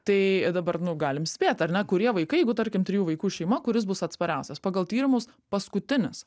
tai dabar nu galim spėt ar ne kurie vaikai jeigu tarkim trijų vaikų šeima kuris bus atspariausias pagal tyrimus paskutinis